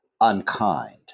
unkind